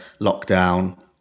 lockdown